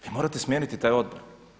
Vi morate smijeniti taj odbor.